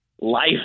life